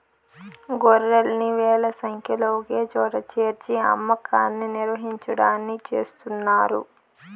గొర్రెల్ని వేల సంఖ్యలో ఒకచోట చేర్చి అమ్మకాన్ని నిర్వహించడాన్ని చేస్తున్నారు